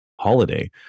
holiday